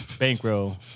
Bankroll